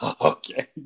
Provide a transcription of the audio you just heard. Okay